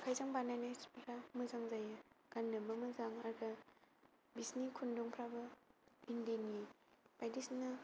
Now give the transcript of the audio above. आखाइजों बानायनाय सिफोरा मोजां जायो गान्नोबो मोजां आरो बिसोरनि खुन्दुंफोराबो इन्दिनि बायदिसिना